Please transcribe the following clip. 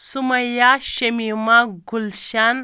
Sumaiya Shamima Gulshan